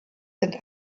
sind